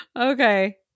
Okay